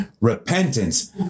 repentance